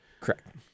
Correct